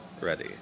ready